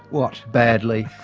what? badly.